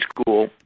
school